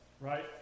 Right